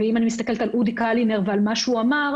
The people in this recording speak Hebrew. ואם אני מסתכלת על אודי קלינר ומה שהוא אמר,